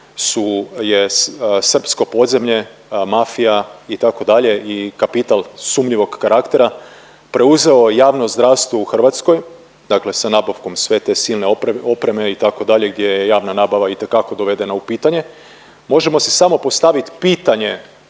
je srpsko podzemlje, mafija itd. i kapital sumnjivog karaktera preuzeo javno zdravstvo u Hrvatskoj dakle sa nabavkom sve te silne opreme itd. i gdje je javna nabava itekako dovedena u pitanje možemo si samo postavit pitanje